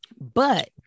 But-